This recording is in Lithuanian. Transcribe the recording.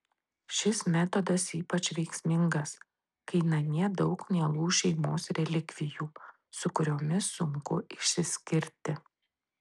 šis metodas ypač veiksmingas kai namie daug mielų šeimos relikvijų su kuriomis sunku išsiskirti